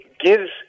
gives